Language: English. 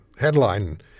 headline